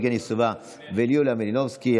יבגני סובה ויוליה מלינובסקי.